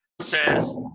says